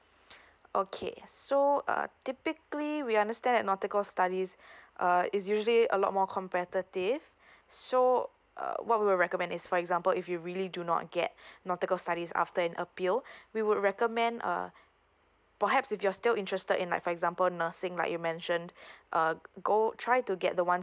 okay so uh typically we understand that nautical studies uh is usually a lot more competitive so err what will recommend is for example if you really do not get nautical studies after an appeal we would recommend uh perhaps if you're still interested in like for example nursing like you mentioned uh go try to get the ones